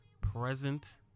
present